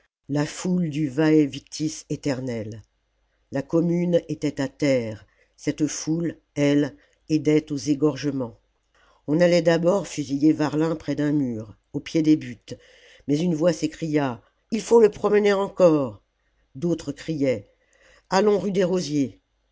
la foule du væ victis éternel la commune était à terre cette foule elle aidait aux égorgements on allait d'abord fusiller varlin près d'un mur au pied des buttes mais une voix s'écria il faut le promener encore d'autres criaient allons rue des rosiers